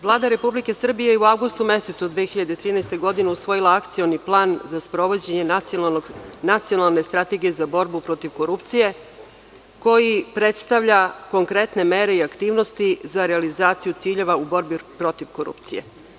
Vlada Republike Srbije je u avgustu mesecu 2013. godine usvojila akcioni plan za sprovođenje nacionalne strategije za borbu protiv korupcije koji predstavlja konkretne mere i aktivnosti za realizaciju ciljeva u borbi protiv korupcije.